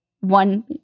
one